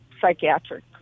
psychiatric